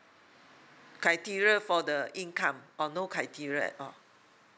criteria for the income or no criteria at all